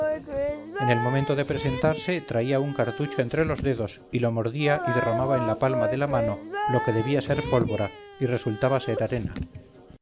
en el momento de presentarse traía un cartucho entre los dedos y lo mordía y derramaba en la palma de la mano lo que debía ser pólvora y resultaba ser arena